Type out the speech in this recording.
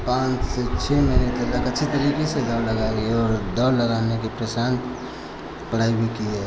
पाँच से छः महीने तक अच्छी तरीके से दौड़ लगाई है और दौड़ लगाने के प्रशांत पढ़ाई भी की है